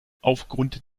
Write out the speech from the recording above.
aufgrund